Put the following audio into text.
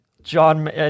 John –